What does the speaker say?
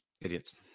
idiots